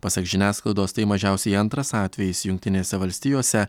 pasak žiniasklaidos tai mažiausiai antras atvejis jungtinėse valstijose